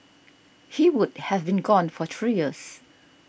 he would have been gone for three years